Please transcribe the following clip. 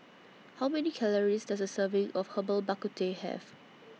How Many Calories Does A Serving of Herbal Bak Ku Teh Have